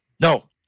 No